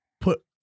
put